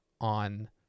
on